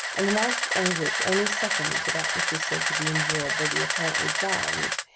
an amount of anguish only second to that which is said to be endured by the apparently drowned,